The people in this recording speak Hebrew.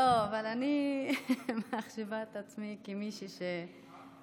לא, אבל אני מחשיבה את עצמי למישהי שכן